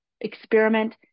experiment